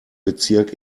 bezirk